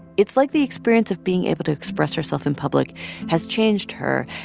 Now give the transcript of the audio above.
it's like the experience of being able to express herself in public has changed her.